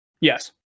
Yes